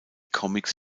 comics